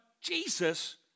Jesus